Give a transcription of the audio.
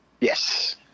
Yes